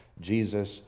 Jesus